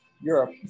Europe